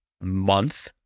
month